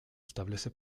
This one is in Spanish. establece